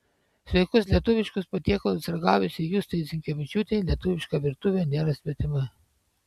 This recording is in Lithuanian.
sveikus lietuviškus patiekalus ragavusiai justei zinkevičiūtei lietuviška virtuvė nėra svetima